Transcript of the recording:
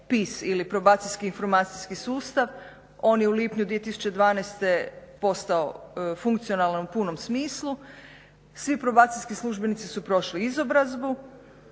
PIS ili probacijski informacijski sustav. On je u lipnju 2012. postao funkcionalan u punom smislu. Svi probacijski službenici su prošli izobrazbu,